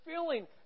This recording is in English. feeling